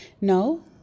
no